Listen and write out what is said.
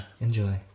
Enjoy